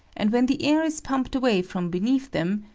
and when the air is pumped away from beneath them,